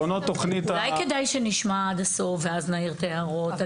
אולי כדאי שנשמע עד הסוף ואז נעיר את ההערות.